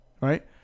right